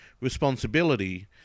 responsibility